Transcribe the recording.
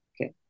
okay